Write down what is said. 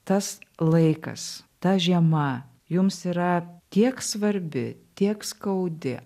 tas laikas ta žiema jums yra tiek svarbi tiek skaudi